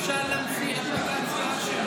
אפשר להמציא אפליקציה.